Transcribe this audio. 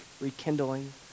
rekindling